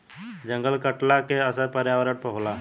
जंगल के कटला के असर पर्यावरण पर होला